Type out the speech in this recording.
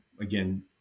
again